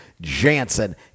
Jansen